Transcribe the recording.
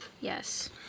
Yes